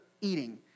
eating